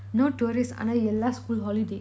no tourist ஆனா எல்லா:aana ella school holiday